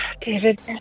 David